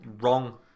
wrong